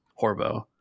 Horbo